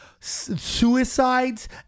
suicides